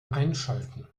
einschalten